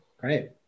Great